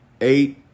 eight